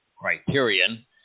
criterion